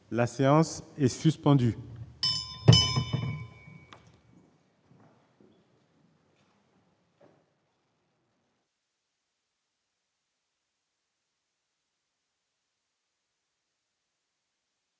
La séance est suspendue.